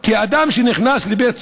כי אדם שנכנס לבית הסוהר,